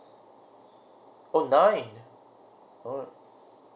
oh nine err